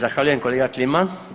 Zahvaljujem kolega Kliman.